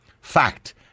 Fact